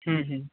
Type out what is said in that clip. ह्म्म ह्म्म